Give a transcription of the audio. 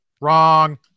Wrong